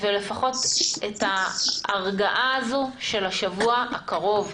לפחות את ההרגעה הזו של השבוע הקרוב.